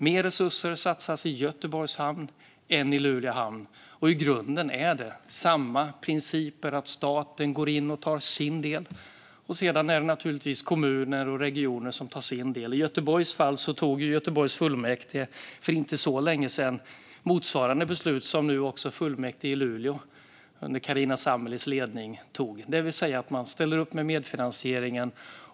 Mer resurser satsas som sagt i Luleå hamn än i Göteborgs hamn, och i grunden är det samma principer: Staten går in och tar sin del, och sedan är det naturligtvis kommuner och regioner som tar sin del. I Göteborgs fall fattade fullmäktige där för inte så länge sedan motsvarande beslut som nu också fullmäktige i Luleå under Carina Sammelis ledning har fattat, det vill säga att man ställer upp med medfinansieringen.